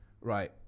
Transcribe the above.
right